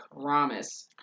promise